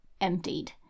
emptied